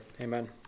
Amen